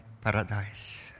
paradise